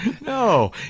no